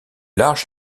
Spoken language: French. large